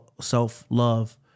self-love